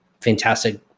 fantastic